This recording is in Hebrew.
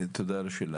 תודה על השאלה.